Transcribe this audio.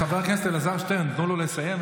חבר הכנסת אלעזר שטרן, תנו לו לסיים.